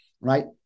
right